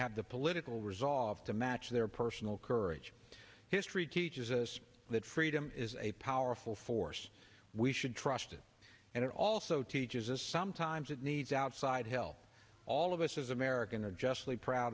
have the political resolve to match their personal courage history teaches us that freedom is a powerful force we should trust it and it also teaches us sometimes it needs outside help all of us as americans are justly proud